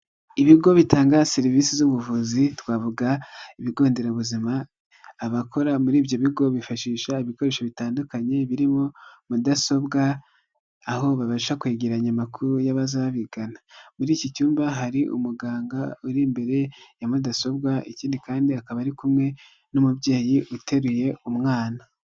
Ibigo bitanga serivisi z'ubuvuzi twavuga ibigo nderabuzima, abakora muri ibyo bigo bifashisha ibikoresho bitandukanye biririmo mudasobwa aho babasha kwegeranya amakuru y'abaza babigana, muri iki cyumba hari umuganga uri imbere ya mudasobwa ikindi kandi akaba ari kumwe n'umubyeyi uteruye umwana.